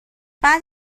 بعد